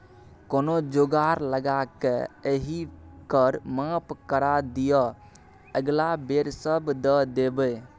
कोनो जोगार लगाकए एहि कर माफ करा दिअ अगिला बेर सभ दए देब